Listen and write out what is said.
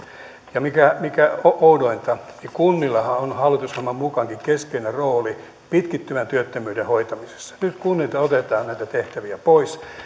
ja mikä mikä oudointa niin kunnillahan on hallitusohjelman mukaankin keskeinen rooli pitkittyvän työttömyyden hoitamisessa nyt kunnilta otetaan näitä tehtäviä pois